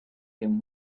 him